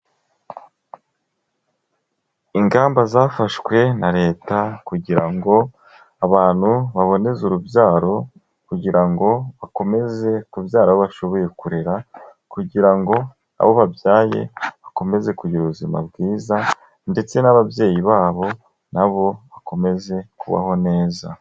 Ingamba zafashwe na leta kugira ngo abantu baboneze urubyaro, kugira ngo bakomeze kubyara abo bashoboye kurera, kugira ngo abo babyaye bakomeze kugira ubuzima bwiza, ndetse n'ababyeyi babo nabo bakomeze kubaho neza.